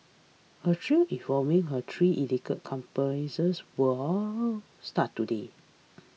a trial involving her three alleged accomplices will all start today